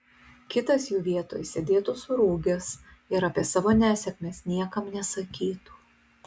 kitas jų vietoj sėdėtų surūgęs ir apie savo nesėkmes niekam nesakytų